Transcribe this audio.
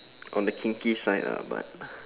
on the kinky side uh but